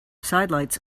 sidelights